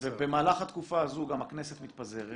-- ובמהלך התקופה הזו הכנסת מתפזרת?